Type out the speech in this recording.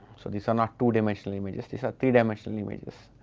so these are not two-dimensional images, these are three-dimensional images.